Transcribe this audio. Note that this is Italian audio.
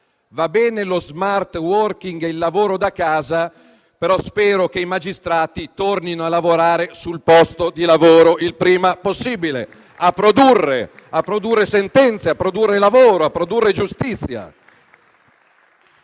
Va bene lo *smart working* e il lavoro da casa, ma spero che i magistrati tornino a lavorare sul posto di lavoro il prima possibile e a produrre. A produrre sentenze, a produrre lavoro, a produrre giustizia.